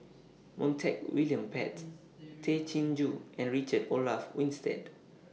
Montague William Pett Tay Chin Joo and Richard Olaf Winstedt